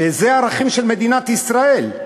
הערכים של מדינת ישראל.